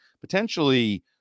potentially